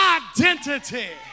identity